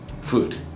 food